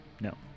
no